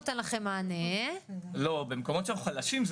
כמה עולה ביקור רופא בבית חולים?